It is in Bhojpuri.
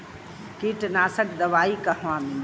कीटनाशक दवाई कहवा मिली?